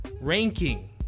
ranking